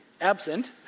absent